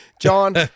John